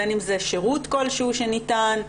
בין אם זה שירות כלשהו שניתן.